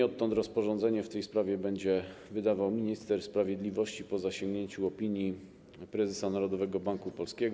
Odtąd rozporządzenie w tej sprawie będzie wydawał minister sprawiedliwości po zasięgnięciu opinii prezesa Narodowego Banku Polskiego.